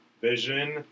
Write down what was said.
Vision